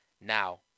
Now